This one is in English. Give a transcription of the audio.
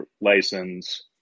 license